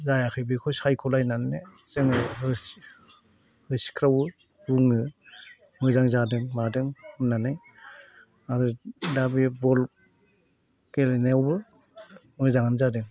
जायाखै बेखौ सायख'लायनानैनो जोङो होसिख्रावो बुङो मोजां जादों मादों होननानै आरो दा बे बल गेलेनायावबो मोजाङानो जादों